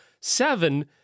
Seven